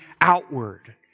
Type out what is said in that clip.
outward